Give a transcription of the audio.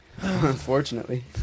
Unfortunately